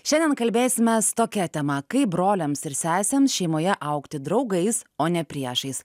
šiandien kalbėsimės tokia tema kaip broliams ir sesėms šeimoje augti draugais o ne priešais